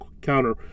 counter